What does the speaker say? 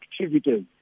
activities